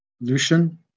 Lucian